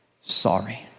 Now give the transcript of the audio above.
sorry